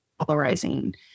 polarizing